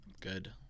good